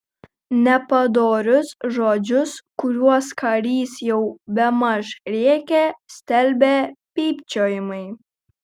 nepadorius žodžius kuriuos karys jau bemaž rėkė stelbė pypčiojimai